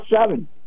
seven